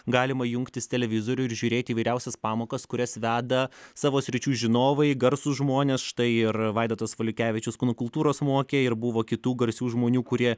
galima jungtis televizorių ir žiūrėti įvairiausias pamokas kurias veda savo sričių žinovai garsūs žmonės štai ir vaidotas valiukevičius kūno kultūros mokė ir buvo kitų garsių žmonių kurie